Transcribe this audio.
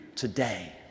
today